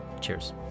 Cheers